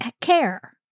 care